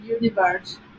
universe